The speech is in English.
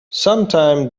sometime